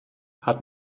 hat